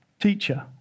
Teacher